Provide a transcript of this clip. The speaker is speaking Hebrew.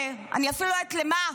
אני אפילו לא יודעת למה,